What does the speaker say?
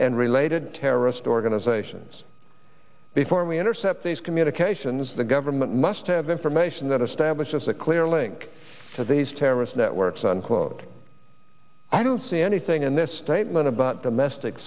and related terrorist organizations before we intercept these communications the government must have information that establishes a clear link to these terrorist networks unquote i don't see anything in this statement about domestic